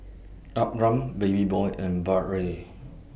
Abram Babyboy and Bradley